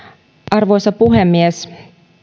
arvoisa puhemies